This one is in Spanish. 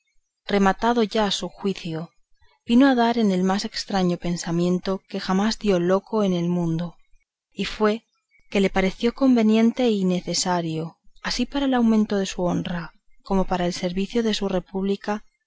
rematado ya su juicio vino a dar en el más estraño pensamiento que jamás dio loco en el mundo y fue que le pareció convenible y necesario así para el aumento de su honra como para el servicio de su república